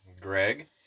Greg